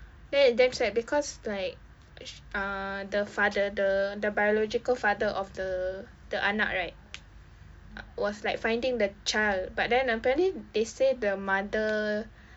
ya it's damn sad because like sh~ ah the father the the biological father of the the anak right uh was like finding the child but then apparently they said the mother